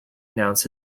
announced